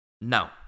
No